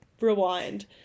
rewind